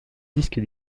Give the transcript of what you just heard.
disque